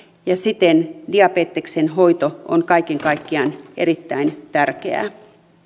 ja siten diabeteksen hoito on kaiken kaikkiaan erittäin tärkeää